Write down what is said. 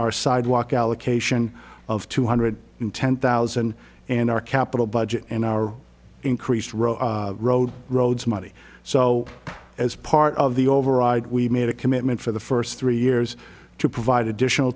our sidewalk allocation of two hundred ten thousand and our capital budget and our increased roe road roads money so as part of the override we made a commitment for the first three years to provide additional